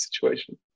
situation